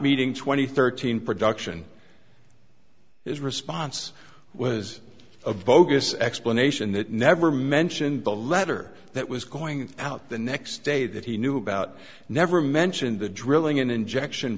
and thirteen production his response was a bogus explanation that never mentioned the letter that was going out the next day that he knew about never mentioned the drilling in injection